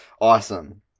awesome